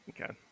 Okay